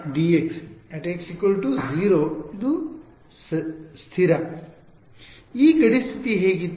ಈ ಗಡಿ ಸ್ಥಿತಿ ಹೇಗಿತ್ತು